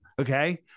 Okay